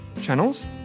channels